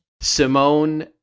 Simone